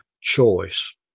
choice